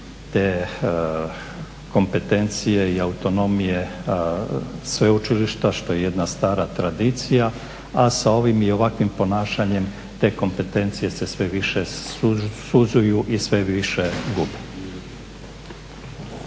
te kompetencije i autonomije sveučilišta što je jedna stara tradicija, a sa ovim i ovakvim ponašanjem te kompetencije se sve više sužuju i sve više gube.